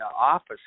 office